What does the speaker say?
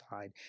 side